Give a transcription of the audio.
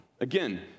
again